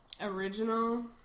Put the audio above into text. original